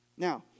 Now